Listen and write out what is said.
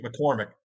mccormick